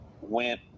went